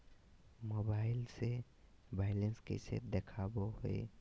Mobile से balance कैसे देखाबो है?